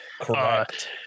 correct